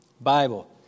Bible